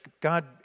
God